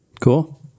Cool